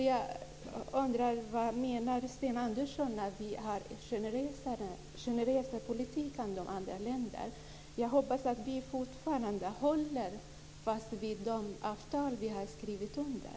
Jag undrar: Vad menar Sten Andersson med att vi har en generösare politik än andra länder? Jag hoppas att vi fortfarande håller fast vid de avtal som vi har skrivit under.